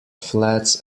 flats